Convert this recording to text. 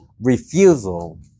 refusal